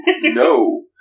no